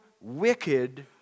wicked